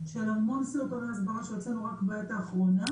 של המון סרטוני הסברה שהוצאנו רק בעת האחרונה.